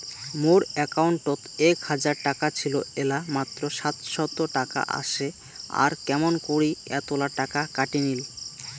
মোর একাউন্টত এক হাজার টাকা ছিল এলা মাত্র সাতশত টাকা আসে আর কেমন করি এতলা টাকা কাটি নিল?